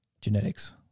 genetics